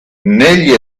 negli